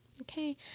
Okay